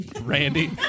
Randy